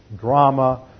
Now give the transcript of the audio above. drama